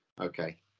okay